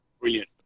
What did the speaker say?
brilliant